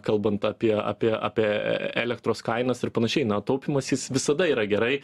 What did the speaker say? kalbant apie apie apie elektros kainas ir panašiai na taupymas jis visada yra gerai